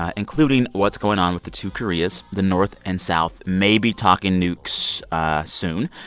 ah including what's going on with the two koreas. the north and south may be talking nukes soon.